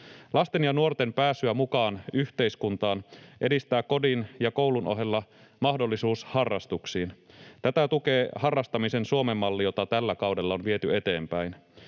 Lasten ja nuorten pääsyä mukaan yhteiskuntaan edistää kodin ja koulun ohella mahdollisuus harrastuksiin. Tätä tukee harrastamisen Suomen malli, jota tällä kaudella on viety eteenpäin.